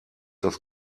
das